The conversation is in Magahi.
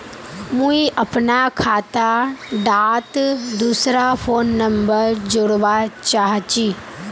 मुई अपना खाता डात दूसरा फोन नंबर जोड़वा चाहची?